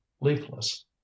leafless